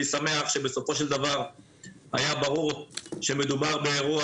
אני שמח שבסופו של דבר היה ברור שמדובר באירוע